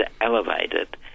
elevated